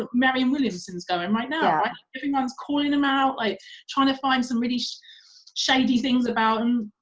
ah marianne williamson's going right now. everyone's calling them out, like trying to find some really so shady things about and